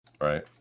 Right